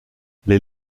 les